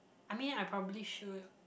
I mean I probably should